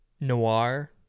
noir